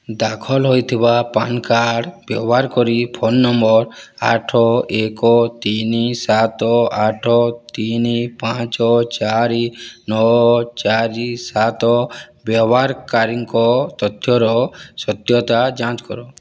ଦାଖଲ ହୋଇଥିବା ପ୍ୟାନ୍କାର୍ଡ଼୍ ବ୍ୟବହାର କରି ଫୋନ୍ ନମ୍ବର ଆଠ ଏକ ତିନି ସାତ ଆଠ ତିନି ପାଞ୍ଚ ଚାରି ନଅ ଚାରି ସାତ ବ୍ୟବହାରକାରୀଙ୍କ ତଥ୍ୟର ସତ୍ୟତା ଯାଞ୍ଚ କର